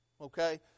Okay